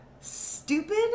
stupid